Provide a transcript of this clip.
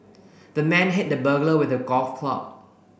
the man hit the burglar with a golf club